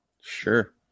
Sure